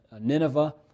Nineveh